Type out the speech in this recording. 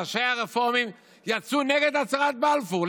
ראשי הרפורמים יצאו נגד הצהרת בלפור.